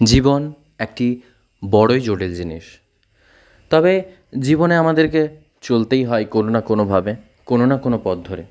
জীবন একটি বড়ই জটিল জিনিস তবে জীবনে আমাদেরকে চলতেই হয় কোনও না কোনওভাবে কোনও না কোনও পথ ধরে